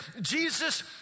Jesus